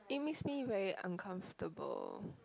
it makes me very uncomfortable